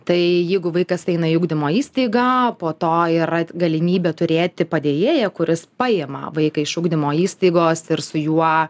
tai jeigu vaikas eina į ugdymo įstaigą po to yra galimybė turėti padėjėją kuris paima vaiką iš ugdymo įstaigos ir su juo